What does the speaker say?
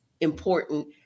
important